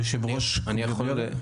היושב-ראש, אני יכול?